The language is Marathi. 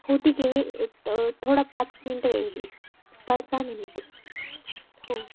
हो ठीक आहे वेळ त थोडा पाच मिनटं वेळ घेईल पाच दहा मिनिटे हो